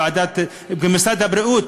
כמשרד הבריאות,